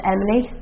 Emily